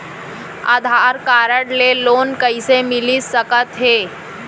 आधार card ले loan कइसे मिलिस सकत हे?